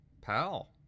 pal